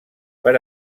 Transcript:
per